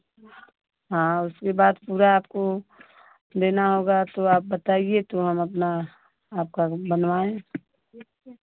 हाँ उसके बाद पूरा आपको देना होगा तो आप बताइए तो हम अपना आपका बनवाएँ